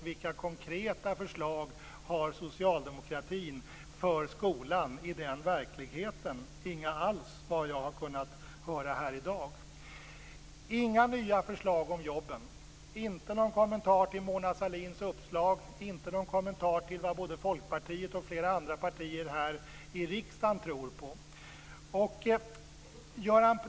Vilka konkreta förslag har socialdemokratin för skolan i den verkligheten? Inga alls, såvitt jag har kunnat höra här i dag. Inga nya förslag om jobben, inte någon kommentar till Mona Sahlins uppslag, inte någon kommentar till vad Folkpartiet och flera andra partier här i riksdagen tror på.